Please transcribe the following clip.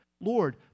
Lord